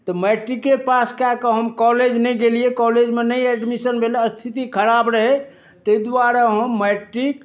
तऽ मैट्रिके पास कए कऽ हम कॉलेज नहि गेलियै कॉलेजमे नहि एडमिशन भेल स्थिति खराब रहै तै दुआरे हम मैट्रिक